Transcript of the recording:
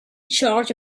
charge